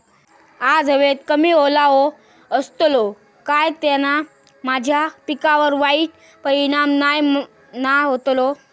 आज हवेत कमी ओलावो असतलो काय त्याना माझ्या पिकावर वाईट परिणाम नाय ना व्हतलो?